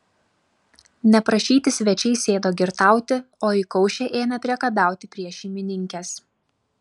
neprašyti svečiai sėdo girtauti o įkaušę ėmė priekabiauti prie šeimininkės